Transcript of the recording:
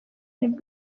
nibwo